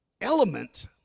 element